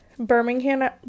Birmingham